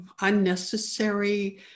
unnecessary